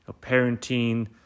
parenting